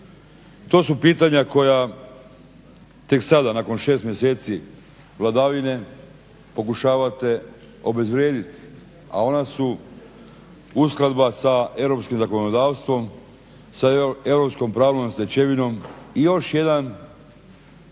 To su pitanja koja tek sada nakon 6 mjeseci vladavine pokušavate obezvrijediti, a ona su uskladba sa europskim zakonodavstvom, sa europskom pravnom stečevinom još jedan